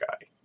guy